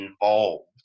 involved